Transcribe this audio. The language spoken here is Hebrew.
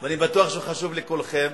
אני בטוח שהוא חשוב לכולכם.